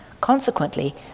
Consequently